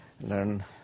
learn